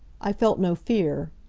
i felt no fear.